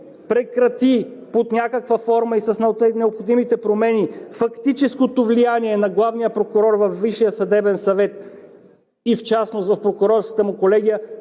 прекрати под някаква форма и с необходимите промени фактическото влияние на главния прокурор във Висшия съдебен съвет и в частност в прокурорската му колегия,